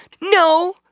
No